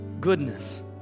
goodness